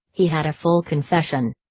he had a full confession,